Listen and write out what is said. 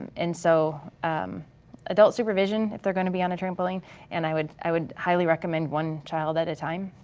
and and so adult supervision, if they're gonna be on a trampoline and i would i would highly recommend one child at a time,